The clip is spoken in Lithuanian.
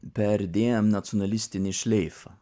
perdėm nacionalistinį šleifą